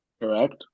Correct